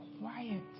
quiet